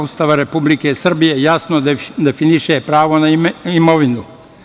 Ustava Republike Srbije jasno definiše pravo na imovinu.